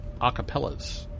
acapellas